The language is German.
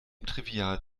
trivial